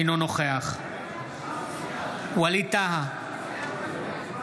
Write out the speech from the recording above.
אינו נוכח ווליד טאהא,